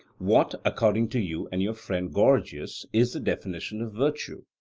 what, according to you and your friend gorgias, is the definition of virtue?